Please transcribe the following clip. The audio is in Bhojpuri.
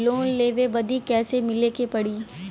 लोन लेवे बदी कैसे मिले के पड़ी?